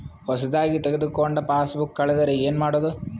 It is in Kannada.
ಹೊಸದಾಗಿ ತೆಗೆದುಕೊಂಡ ಪಾಸ್ಬುಕ್ ಕಳೆದರೆ ಏನು ಮಾಡೋದು?